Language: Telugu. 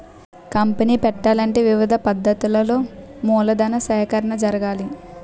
కంపనీ పెట్టాలంటే వివిధ పద్ధతులలో మూలధన సేకరణ జరగాలి